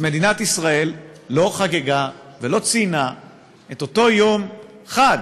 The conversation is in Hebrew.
מדינת ישראל לא חגגה ולא ציינה את אותו יום חג